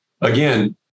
Again